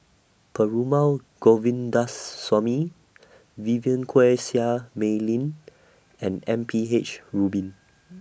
Perumal Govindaswamy Vivien Quahe Seah Mei Lin and M P H Rubin